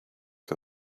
too